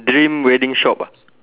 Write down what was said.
dream wedding shop